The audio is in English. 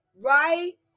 right